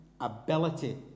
ability